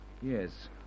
Yes